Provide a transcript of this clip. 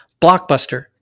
Blockbuster